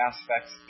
aspects